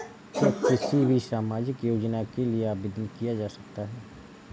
क्या किसी भी सामाजिक योजना के लिए आवेदन किया जा सकता है?